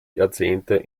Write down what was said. jahrzehnte